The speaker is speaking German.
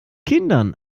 kindern